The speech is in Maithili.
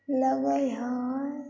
लगै हइ